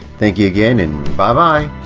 thank you again and bye bye!